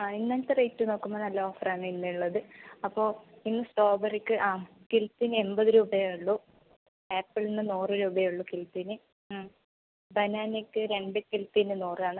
ആ ഇന്നലത്ത റേറ്റ് നോക്കുമ്പോൾ നല്ല ഓഫർ ആണ് ഇന്നുള്ളത് അപ്പോൾ ഇന്ന് സ്ട്രോബെറിക്ക് ആ കിൽപ്പിന് എൺപത് രൂപയേ ഉള്ളൂ ആപ്പിളിന് നൂറ് രൂപയേ ഉള്ളൂ കിൽപ്പിന് ആ ബനാനയ്ക്ക് രണ്ട് കിൽപ്പിന് നൂറാണ്